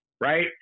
right